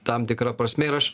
tam tikra prasme ir aš